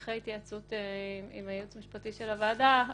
אחרי התייעצות עם הייעוץ המשפטי של הוועדה,